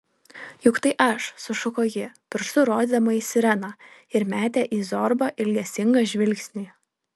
juk tai aš sušuko ji pirštu rodydama į sireną ir metė į zorbą ilgesingą žvilgsnį